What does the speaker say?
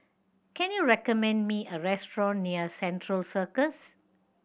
can you recommend me a restaurant near Central Circus